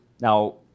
Now